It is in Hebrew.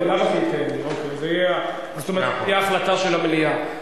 בסדר, זאת אומרת, תהיה החלטה של המליאה.